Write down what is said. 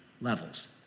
levels